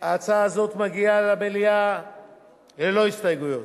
ההצעה הזאת מגיעה למליאה ללא הסתייגויות,